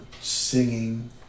singing